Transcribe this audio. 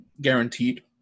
guaranteed